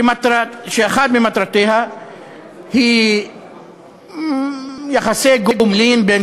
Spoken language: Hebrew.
שאחת ממטרותיה היא לעסוק ביחסי הגומלין בין